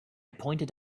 pointed